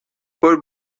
paul